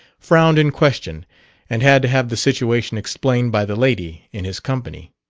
frowned in question and had to have the situation explained by the lady in his company.